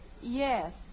Yes